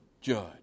judge